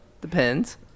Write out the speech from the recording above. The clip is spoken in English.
depends